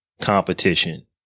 competition